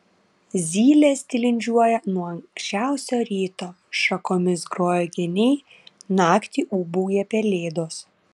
zylės tilindžiuoja nuo anksčiausio ryto šakomis groja geniai naktį ūbauja pelėdos